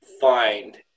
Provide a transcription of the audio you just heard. find